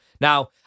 Now